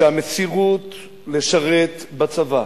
שהמסירות לשרת בצבא